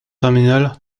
terminale